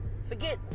forget